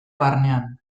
barnean